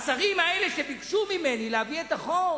השרים האלה, שביקשו ממני להביא את החוק,